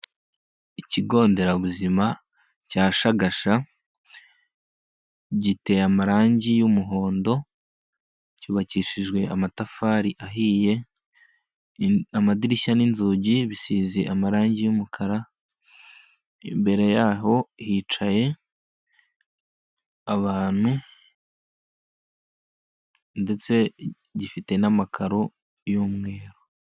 Ikigo nderabuzima cya Shagasha, giteye amarangi y'umuhondo, cyubakishijwe amatafari ahiye, amadirishya n'inzugi bisize amarangi y'umukara, imbere yaho hicaye abantu ndetse gifite n'amakaro y'umweru.